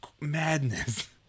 madness